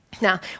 Now